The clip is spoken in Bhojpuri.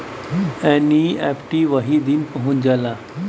एन.ई.एफ.टी वही दिन पहुंच जाला